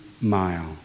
mile